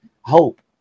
hope